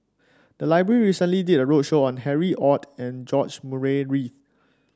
the library recently did a roadshow on Harry Ord and George Murray Reith